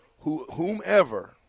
whomever